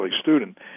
student